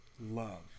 love